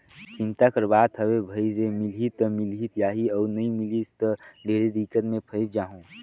चिंता कर बात हवे भई रे मिलही त मिलिस जाही अउ नई मिलिस त ढेरे दिक्कत मे फंयस जाहूँ